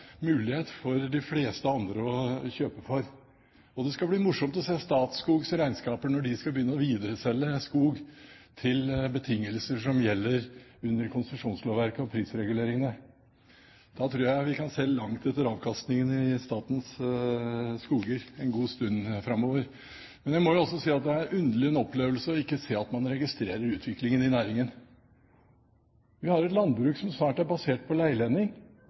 mulighet for de fleste andre å kjøpe for. Det skal bli morsomt å se Statskogs regnskaper når de skal begynne å videreselge skog til betingelser som gjelder under konsesjonslovverket og prisreguleringene. Da tror jeg vi kan se langt etter avkastningene i statens skoger en god stund framover. Jeg må også si at det er en underlig opplevelse å se at man ikke registrerer utviklingen i næringen. Man har et landbruk som snart er basert på